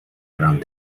around